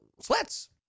sweats